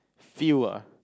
feel ah